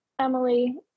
Emily